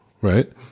right